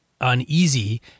uneasy